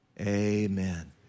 amen